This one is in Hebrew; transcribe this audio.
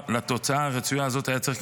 לתוצאה הרצויה הזאת היה צריך,